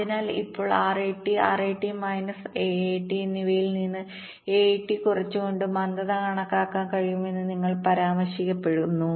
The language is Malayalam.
അതിനാൽ ഇപ്പോൾ RAT RAT മൈനസ് AAT എന്നിവയിൽ നിന്ന് AAT കുറച്ചുകൊണ്ട് മന്ദത കണക്കാക്കാൻ കഴിയുമെന്ന് ഞങ്ങൾ പരാമർശിക്കുന്നു